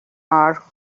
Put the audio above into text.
are